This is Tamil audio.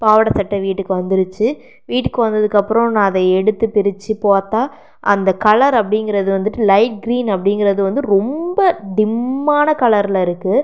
பாவாடை சட்டை வீட்டுக்கு வந்துருச்சு வீட்டுக்கு வந்ததுக்கப்புறம் நான் அதை எடுத்து பிரிச்சு பார்த்தா அந்த கலர் அப்படிங்கிறது வந்துட்டு லைட் க்ரீன் அப்படிங்கிறது வந்து ரொம்ப டிம்மான கலரில் இருக்கு